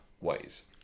ways